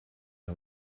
her